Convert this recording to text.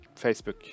Facebook